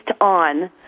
on